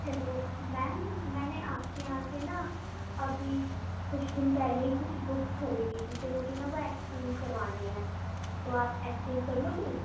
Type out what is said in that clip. hello ma'am میں نے آپ کے یہاں سے نا ابھی کچھ دن پہلے ہی کچھ بک خریدی تھی تو مجھے نا وہ ایکسچینج کروانی ہے تو آپ ایکسچینچ کر لو گے